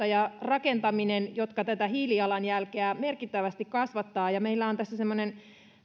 ja rakentaminen ovat niitä asioita jotka tätä hiilijalanjälkeä merkittävästi kasvattavat meillä on tässä semmoinen